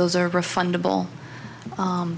those are refundable